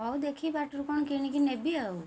ହଉ ଦେଖି ବାଟରୁ କ'ଣ କିଣିକି ନେବି ଆଉ